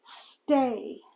stay